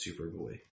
Superboy